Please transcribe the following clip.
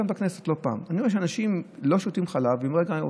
לכן, בוודאי שאנחנו נמצאים בחשש מאוד גדול.